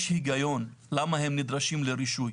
יש הגיון למה הם נדרשים לרישוי.